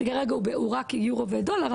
שכרגע הוא רק ביורו ודולר,